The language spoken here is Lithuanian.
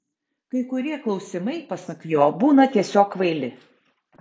kai kurie klausimai pasak jo būna tiesiog kvaili